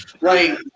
Right